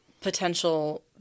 potential